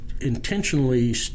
intentionally